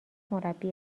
مربی